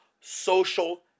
social